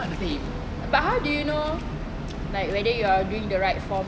but how do you know like whether you are doing the right form